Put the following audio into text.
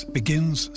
begins